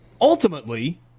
ultimately